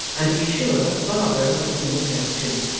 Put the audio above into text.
and to be sure barbara would have been at hers too,